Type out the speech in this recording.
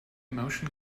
motion